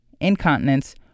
incontinence